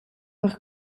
per